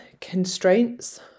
constraints